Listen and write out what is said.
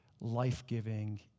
life-giving